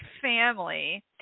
Family